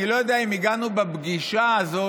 אני לא יודע אם הגענו בפגישה הזאת,